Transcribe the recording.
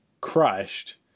crushed